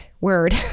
word